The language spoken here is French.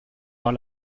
vers